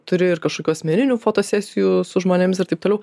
turi ir kažkokių asmeninių fotosesijų su žmonėms ir taip toliau